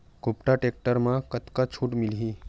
कुबटा टेक्टर म कतका छूट मिलही?